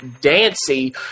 Dancy